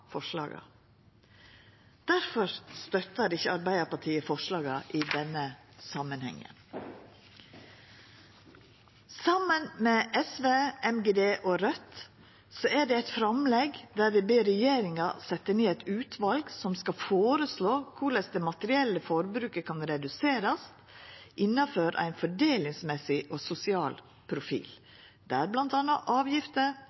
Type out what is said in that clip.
støttar ikkje Arbeidarpartiet forslaga i denne samanhengen. Saman med SV, Miljøpartiet Dei Grøne og Raudt har vi eit framlegg der vi ber regjeringa setja ned eit utval som skal føreslå korleis det materielle forbruket kan reduserast innanfor ein fordelingsmessig og sosial profil, der bl.a. avgifter,